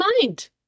mind